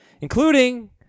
including